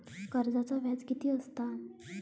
कर्जाचा व्याज कीती असता?